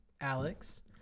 Alex